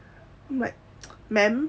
like man